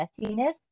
messiness